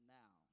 now